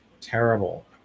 terrible